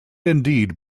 indeed